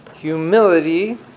Humility